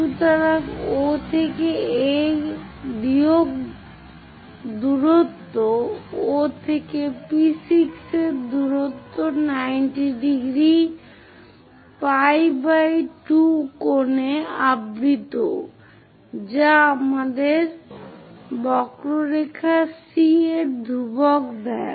সুতরাং O থেকে A বিয়োগ দূরত্ব O থেকে P6 এর দূরত্ব 90 ° pi 2 কোণে আবৃত যা আমাদের বক্ররেখা C এর ধ্রুবক দেয়